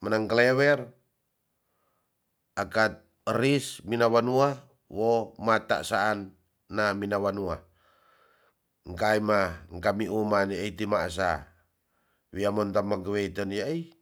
menang kalewer akat eris mina wanua wo matasaan na mina wanua ngkaima ngkami uma nia iti ma asa wia montar mageweten yaai